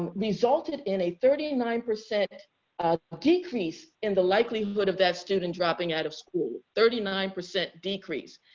and resulted in a thirty nine percent decrease in the likelihood of that student dropping out of school thirty nine percent decrease.